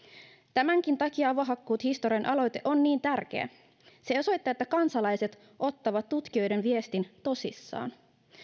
tämänkin takia avohakkuut historiaan aloite on niin tärkeä se osoittaa että kansalaiset ottavat tutkijoiden viestin tosissaan